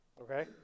Okay